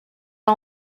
all